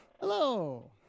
Hello